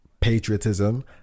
patriotism